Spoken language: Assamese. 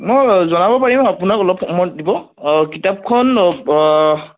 মই জনাব পাৰিম আপোনাক অলপ সময় দিব অ কিতাপখন